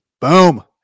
boom